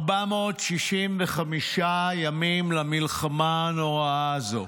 465 ימים למלחמה הנוראה הזו.